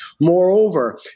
Moreover